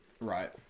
Right